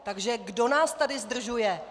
Takže kdo nás tady zdržuje?